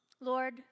Lord